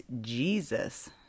Jesus